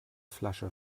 flasche